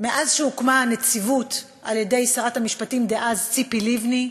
מאז הוקמה הנציבות על-ידי שרת המשפטים דאז ציפי לבני,